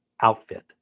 outfit